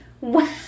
Wow